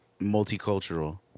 multicultural